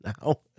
now